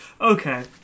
Okay